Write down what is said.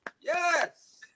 Yes